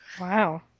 Wow